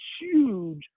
huge